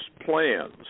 plans